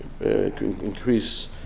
increase